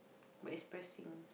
but it's pressing